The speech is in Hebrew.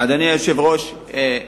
אדוני היושב-ראש,